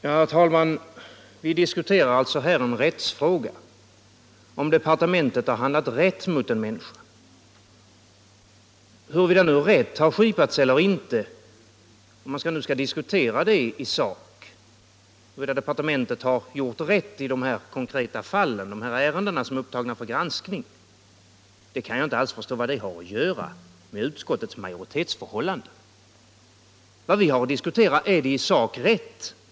Herr talman! Vi diskuterar alltså en rättsfråga, om departementet har haft rätt mot en människa. Jag kan inte förstå vad det har att göra med utskottets majoritetsförhållande, huruvida departementet har gjort rätt - om man nu skall diskutera det i sak — i de konkreta ärenden som är upptagna för granskning. Vad vi har att diskutera är huruvida det är rätt i sak.